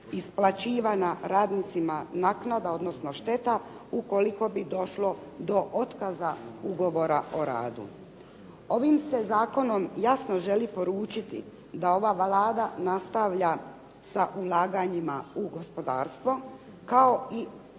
isplaćivana radnicima naknada, odnosno šteta ukoliko bi došlo do otkaza ugovora o radu. Ovim se zakonom jasno želi poručiti da ova Vlada nastavlja sa ulaganjima u gospodarstvo, kao i